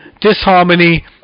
disharmony